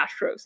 Astros